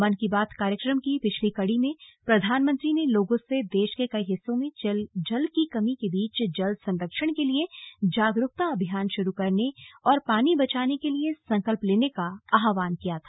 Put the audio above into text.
मन की बात कार्यक्रम की पिछली कड़ी में प्रधानमंत्री ने लोगों से देश के कई हिस्सों में जल की कमी के बीच जल संरक्षण के लिए जागरूकता अभियान शुरू करने और पानी बचाने के लिए संकल्प लेने का आह्वान किया था